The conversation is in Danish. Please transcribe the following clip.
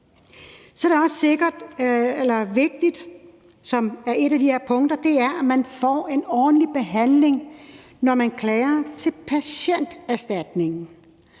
et af de her punkter – får en ordentlig behandling, når man klager til Patienterstatningen.